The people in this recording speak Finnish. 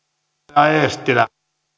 arvoisa